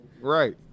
right